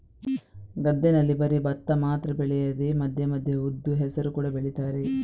ಗದ್ದೆನಲ್ಲಿ ಬರೀ ಭತ್ತ ಮಾತ್ರ ಬೆಳೆಯದೆ ಮಧ್ಯ ಮಧ್ಯ ಉದ್ದು, ಹೆಸರು ಕೂಡಾ ಬೆಳೀತಾರೆ